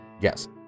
yes